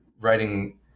writing